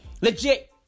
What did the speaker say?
Legit